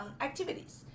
activities